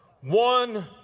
One